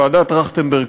ועדת טרכטנברג,